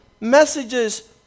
messages